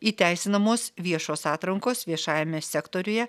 įteisinamos viešos atrankos viešajame sektoriuje